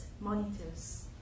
Monitors